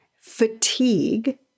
fatigue